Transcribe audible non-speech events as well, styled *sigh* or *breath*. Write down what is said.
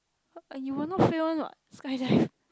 uh you will not fail [one] [what] skydive *breath*